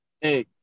Hey